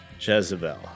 Jezebel